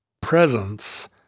presence